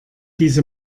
diese